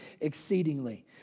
exceedingly